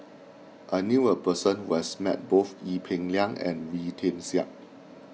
I knew a person who has met both Ee Peng Liang and Wee Tian Siak